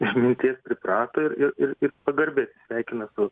išminties priprato ir ir ir pagarbiai sveikina su